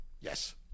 Yes